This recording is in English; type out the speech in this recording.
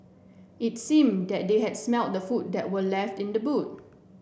it seemed that they had smelt the food that were left in the boot